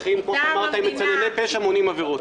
ובמקומות כאלה ואחרים מצנני פשע ומונעים עבירות.